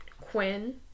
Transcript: Quinn